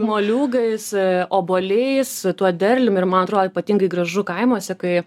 moliūgais obuoliais tuo derliumi ir man atrodo ypatingai gražu kaimuose kai